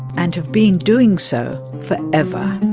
and have been doing so forever